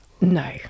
no